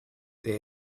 they